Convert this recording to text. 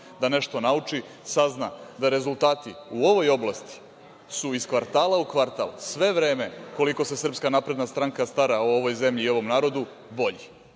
da nešto nauči sazna da rezultati u ovoj oblasti su iz kvartala u kvartal sve vreme koliko se SNS stara o ovoj zemlji i ovom narodu bolji.